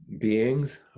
Beings